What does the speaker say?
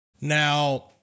Now